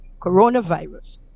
coronavirus